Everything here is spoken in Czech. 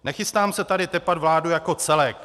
Nechystám se tady tepat vládu jako celek.